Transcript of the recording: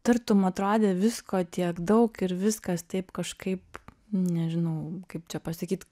tartum atrodė visko tiek daug ir viskas taip kažkaip nežinau kaip čia pasakyt